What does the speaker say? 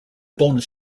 bonus